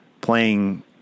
playing